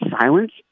silence